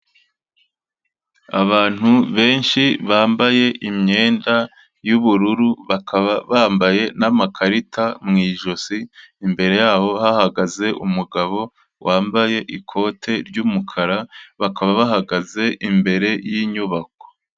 Abantu benshi bambaye imyenda y'ubururu bakaba bambaye n'amakarita mu ijosi, imbere yabo hahagaze umugabo wambaye ikote ry'umukara, bakaba bahagaze imbere y'inyubako.